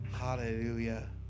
Hallelujah